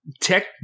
Tech